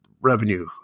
revenue